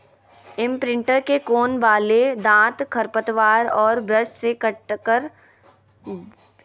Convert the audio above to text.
imprinter के कोण वाले दांत खरपतवार और ब्रश से काटकर भिन्गल घास बनावैय हइ